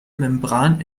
membran